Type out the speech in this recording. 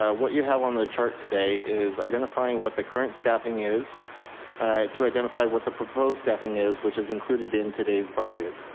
ah what you have on the chart today is identifying what the current staffing is to identify what the proposed staffing is, which is included in today's budget.